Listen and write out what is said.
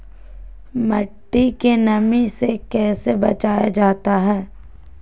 मट्टी के नमी से कैसे बचाया जाता हैं?